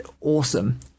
awesome